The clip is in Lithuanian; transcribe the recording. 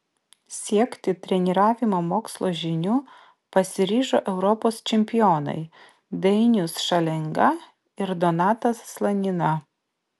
siekti treniravimo mokslo žinių pasiryžo europos čempionai dainius šalenga ir donatas slanina